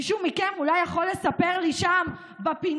מישהו מכם אולי יכול לספר לי, שם בפינה,